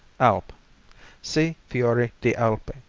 alpe see fiore di alpe.